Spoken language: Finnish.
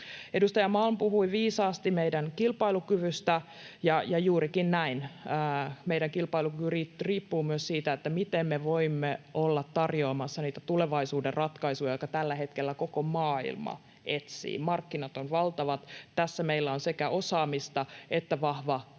Edustaja Malm puhui viisaasti meidän kilpailukyvystä, ja juurikin näin: meidän kilpailukyky riippuu myös siitä, miten me voimme olla tarjoamassa niitä tulevaisuuden ratkaisuja, joita tällä hetkellä koko maailmaa etsii. Markkinat ovat valtavat. Tässä meillä on sekä osaamista että vahva